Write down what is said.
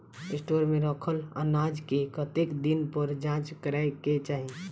Store मे रखल अनाज केँ कतेक दिन पर जाँच करै केँ चाहि?